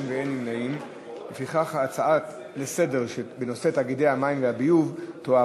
להפוך את הצעת חוק תאגידי מים וביוב (תיקון,